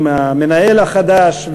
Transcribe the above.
עם המנהל החדש.